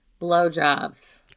blowjobs